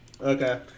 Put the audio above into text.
Okay